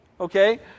okay